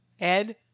Ed